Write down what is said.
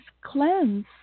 cleanse